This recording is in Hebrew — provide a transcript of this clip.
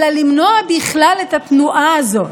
אלא למנוע בכלל את התנועה הזאת".